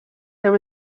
there